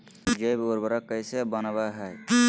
जैव उर्वरक कैसे वनवय हैय?